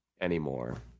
anymore